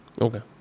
okay